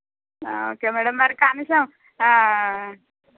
okay madam మరి కనీసం